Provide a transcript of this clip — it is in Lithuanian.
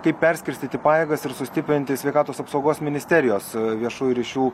kaip perskirstyti pajėgas ir sustiprinti sveikatos apsaugos ministerijos viešųjų ryšių